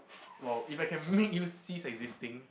!wow! if I can make you cease existing